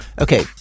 Okay